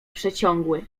przeciągły